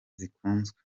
zikunzwe